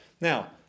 Now